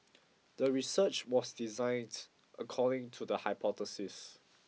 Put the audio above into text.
the research was designed according to the hypothesis